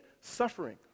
suffering